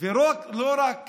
לא רק כך,